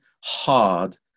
hard